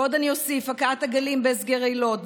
ועוד אני אוסיף: הכאת עגלים בהסגר אילות,